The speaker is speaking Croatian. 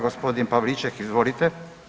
Gospodin Pavliček izvolite.